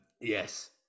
Yes